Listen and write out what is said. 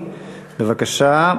בבקשה,